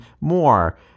more